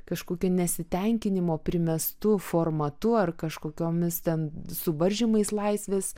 kažkokiu nesitenkinimo primestu formatu ar kažkokiomis ten suvaržymais laisvės